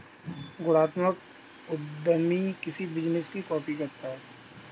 गुणात्मक उद्यमी किसी बिजनेस की कॉपी करता है